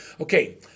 okay